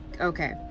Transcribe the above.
Okay